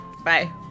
Bye